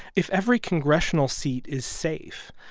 if every congressional seat is safe,